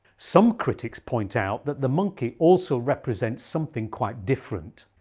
some critics point out that the monkey also represents something quite different.